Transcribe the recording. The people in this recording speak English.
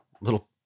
Little